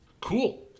Cool